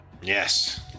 Yes